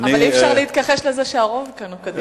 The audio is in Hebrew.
אבל אי-אפשר להתכחש לזה שהרוב כאן הוא קדימה.